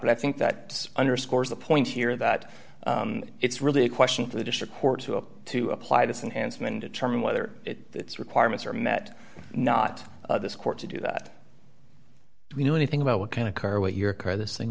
but i think that underscores the point here that it's really a question for the district court to have to apply this and handsome and determine whether its requirements are met not this court to do that if you know anything about what kind of car what your car this thing